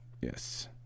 Yes